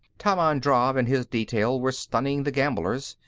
tammand drav and his detail were stunning the gamblers.